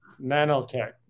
nanotech